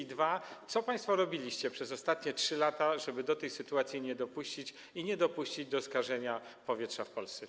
I po drugie, co państwo robiliście przez ostatnie 3 lata, żeby do tej sytuacji nie dopuścić i nie dopuścić do skażenia powietrza w Polsce?